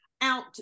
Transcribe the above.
out